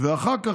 ואחר כך,